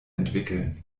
entwickeln